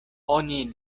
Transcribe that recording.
oni